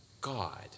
God